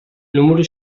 número